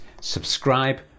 subscribe